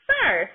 Sir